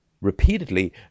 repeatedly